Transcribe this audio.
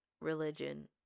religion